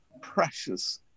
precious